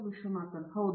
ವಿಶ್ವನಾಥನ್ ಹೌದು